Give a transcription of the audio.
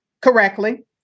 correctly